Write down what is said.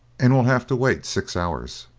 and we'll have to wait six hours.